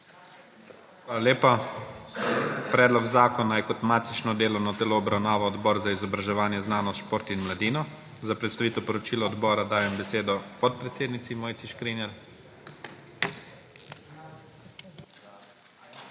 Hvala lepa. Predlog zakona je kot matično delovno telo obravnaval Odbor za izobraževanje, znanost, šport in mladino. Za predstavitev poročila odbora dajem besedo podpredsednici Mojci Škrinjar. **MOJCA